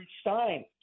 Stein